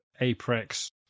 apex